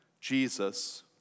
Jesus